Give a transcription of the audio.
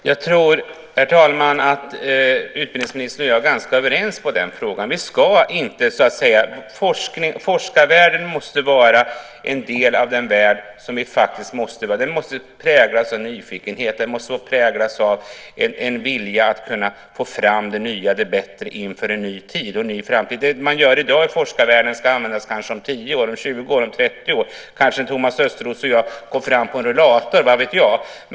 Herr talman! Jag tror att utbildningsministern och jag är ganska överens i den frågan. Forskarvärlden måste präglas av nyfikenhet och av en vilja att få fram det nya, det bättre, inför en ny tid. Det man gör i dag i forskarvärlden ska kanske användas om 10, 20 eller 30 år. Kanske Thomas Östros och jag går omkring med rullator - vad vet jag.